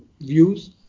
views